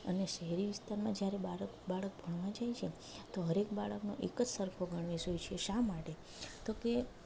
અને શેહરી વિસ્તારમાં જ્યારે બાળક બાળક ભણવા જાય છે તો હર એક બાળકનો એક જ સરખો ગણવેશ હોય છે શા માટે તો કે